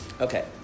Okay